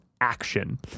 action